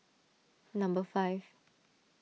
number five